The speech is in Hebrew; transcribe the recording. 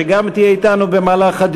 שגם תהיה אתנו בדיון.